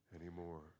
anymore